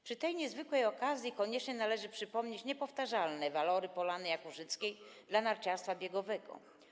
Przy tej niezwykłej okazji koniecznie należy przypomnieć niepowtarzalne walory Polany Jakuszyckiej dla narciarstwa biegowego.